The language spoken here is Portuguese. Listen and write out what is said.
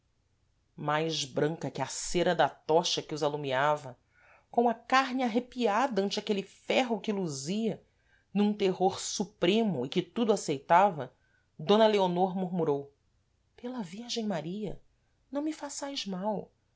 mais branca que a cera da tocha que os alumiava com a carne arrepiada ante aquele ferro que luzia num terror supremo e que tudo aceitava d leonor murmurou pela virgem maria não me façais mal